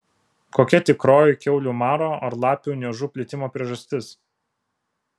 kokia tikroji kiaulių maro ar lapių niežų plitimo priežastis